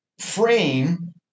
frame